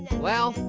well,